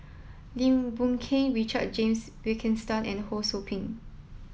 Lim Boon Keng Richard James Wilkinson and Ho Sou Ping